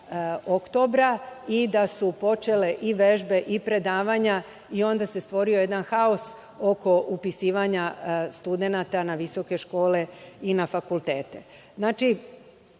oktobra i da su počele i vežbe i predavanja, i onda se stvorio jedan haos oko upisivanja studenata na visoke škole i na fakultete. Znači,